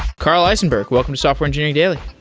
karl isenberg, welcome to software engineering daily